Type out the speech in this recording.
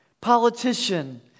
politician